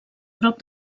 prop